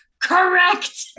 Correct